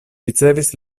ricevis